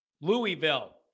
Louisville